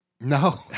No